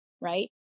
right